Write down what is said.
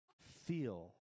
feel